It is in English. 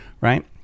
right